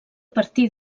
partir